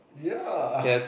ya